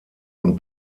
und